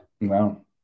Wow